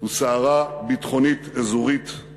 וסערה ביטחונית אזורית.